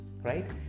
right